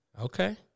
Okay